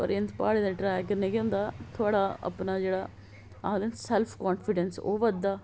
और इंहे प्हाडे दे ट्रैक कन्ने के होंदा थुआडा अपना जेहडा आक्खदे ना जेहडा सेल्फ कान्फीडैंस ओह् बधदा